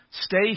Stay